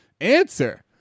Answer